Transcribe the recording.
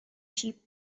cheap